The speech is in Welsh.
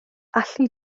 allu